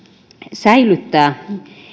säilyttää